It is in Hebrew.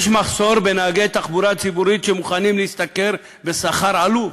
יש מחסור בנהגי תחבורה ציבורית שמוכנים להשתכר שכר עלוב,